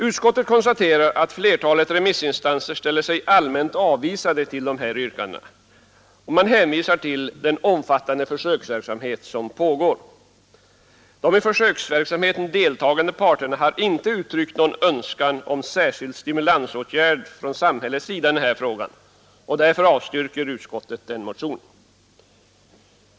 Utskottet konstaterar att flertalet remissinstanser ställer sig allmänt avvisande till dessa yrkanden. Man hänvisar till den omfattande försöksverksamhet som pågår. De i försöksverksamheten deltagande parterna har icke uttryckt någon önskan om särskilda stimulansåtgärder från samhällets sida i denna fråga, varför utskottet avstyrker motionen.